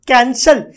Cancel